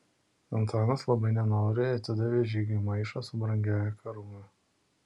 antanas labai nenoriai atidavė žygiui maišą su brangiąja karūna